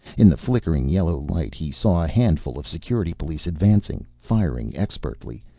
in the flickering yellow light he saw a handful of security police advancing, firing expertly,